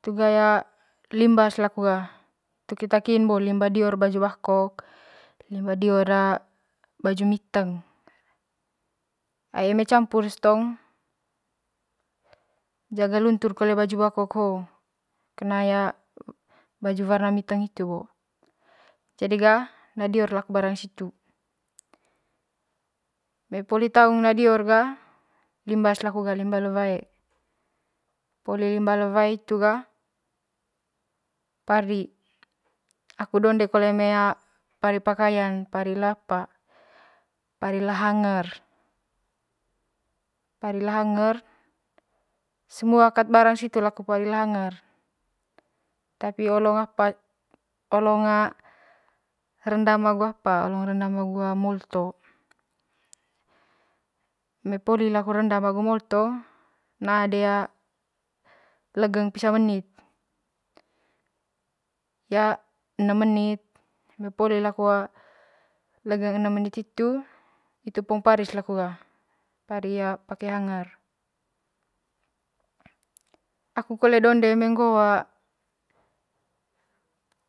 Poli itu ga ya limbas laku ga hitu keta kin bo limba dior baju bakok limba dior baju miteng ai eme camurs tong jga luntur kole baju bakok ho'o kena ya baju warna miteng hitu bo jadi ga na dior laku barang situ eme poli taung na dior ga limbas laku ga limba le wae poli limba le wae hitu ga pari aku donde kole eme pari pakayan pari le hanger pari le hanger semua kat barang situ laku pari le hanger tapi olong apa olong rendam agu apa rendam agu molto, eme poli laku rendam molto nana'a de legong pisa manut enem menit lwgeng one itu pong parin laku ga pake hanger aku kole donde eme ngoo